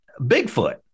Bigfoot